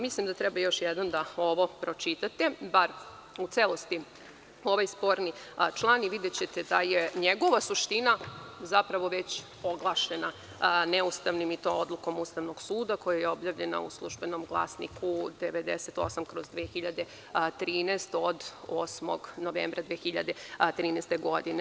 Mislim da treba još jednom ovo da pročitate, bar u celosti ovaj sporni član i videćete da je njegova suština zapravo već proglašena neustavnom i to odlukom Ustavnog suda koja je objavljena u „Službenom glasniku 98/2013“ od 8. novembra 2013. godine.